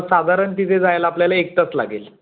साधारण तिथे जायला आपल्याला एक तास लागेल